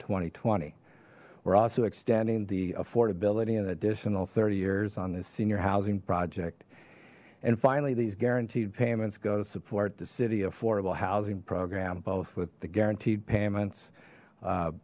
and twenty we're also extending the affordability and additional thirty years on this senior housing project and finally these guaranteed payments go to support the city affordable housing program both with the guaranteed payments